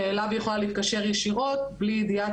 שאליו היא יכולה להתקשר ישירות בלי ידיעה